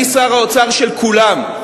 אני שר האוצר של כולם,